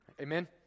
Amen